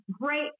great